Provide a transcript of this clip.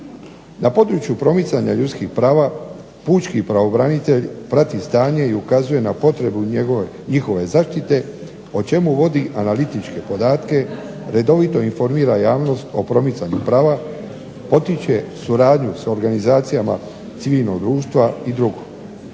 Na području promicanja ljudskih prava pučki pravobranitelj prati stanje i ukazuje na potrebu njihove zaštite o čemu vodi analitičke podatke, redovito informira javnost o promicanju prava, potiče suradnju sa organizacijama civilnog društva i drugo.